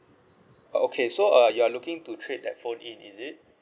oh okay so uh you are looking to trade that phone in is it